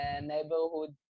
neighborhood